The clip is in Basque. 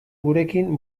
gurekin